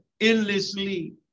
endlessly